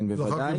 כן בוודאי.